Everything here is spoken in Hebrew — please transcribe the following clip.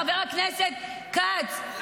חבר הכנסת כץ,